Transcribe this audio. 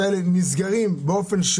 אנחנו עובדים בתוכניות מיגון.